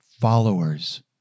followers